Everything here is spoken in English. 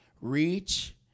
Reach